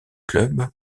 club